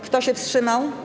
Kto się wstrzymał?